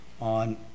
on